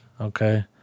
Okay